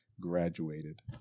graduated